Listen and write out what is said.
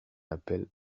appel